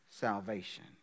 salvation